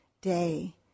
day